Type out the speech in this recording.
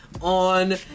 on